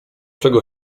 czego